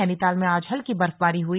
नैनीताल में आज हल्की बर्फबारी हुई